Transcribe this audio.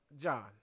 John